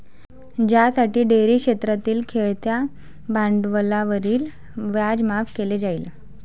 ज्यासाठी डेअरी क्षेत्रातील खेळत्या भांडवलावरील व्याज माफ केले जाईल